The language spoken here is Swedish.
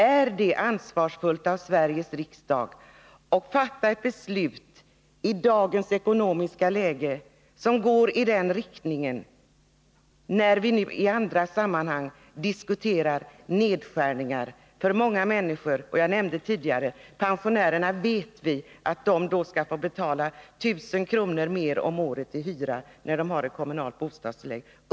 Är det ansvarsfullt av Sveriges riksdag att i dagens ekonomiska läge fatta ett beslut som går i den riktningen, när vi nu i andra sammanhang diskuterar nedskärningar för många människor? Jag nämnde tidigare att pensionärerna skulle få betala 1000 kr. mer om året i hyra när de har kommunalt bostadstillägg.